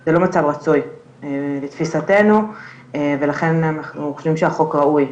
זה לא מצב רצוי לתפיסתנו ולכן אנחנו חושבים שהחוק ראוי.